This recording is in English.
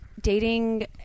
dating